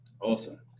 Awesome